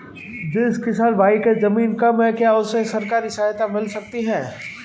जिस किसान भाई के ज़मीन कम है क्या उसे सरकारी सहायता मिल सकती है?